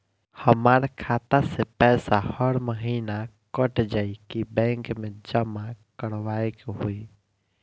हमार खाता से पैसा हर महीना कट जायी की बैंक मे जमा करवाए के होई?